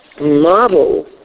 model